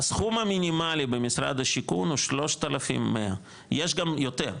הסכום המינימאלי במשרד השיכון הוא 3,100 יש גם יותר,